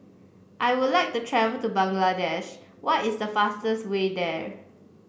I would like to travel to Bangladesh what is the fastest way there